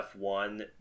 F1